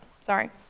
Sorry